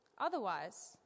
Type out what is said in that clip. Otherwise